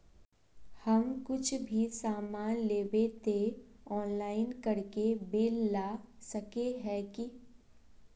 हम कुछ भी सामान लेबे ते ऑनलाइन करके बिल ला सके है की?